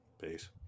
Peace